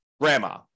grandma